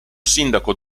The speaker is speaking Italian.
sindaco